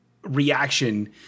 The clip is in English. reaction